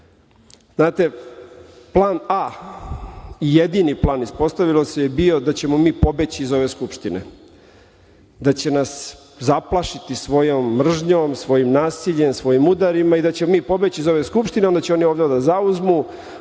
većinu. Znate, plan A, jedini plan, ispostavilo se, bio je da ćemo mi pobeći iz ove Skupštine. Da će nas zaplašiti svojom mržnjom, svojim nasiljem, svojim udarima i da ćemo mi pobeći iz ove Skupštine, onda će oni ovde da zauzmu,